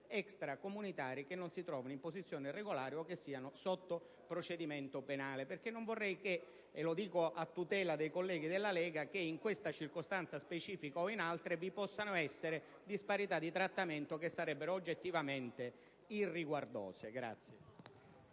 extracomunitari che non si trovino in posizione regolare o che siano sotto procedimento penale. Non vorrei che - lo dico a tutela dei colleghi della Lega - in questa circostanza specifica o in altre vi possano essere disparità di trattamento, che sarebbero oggettivamente irriguardose.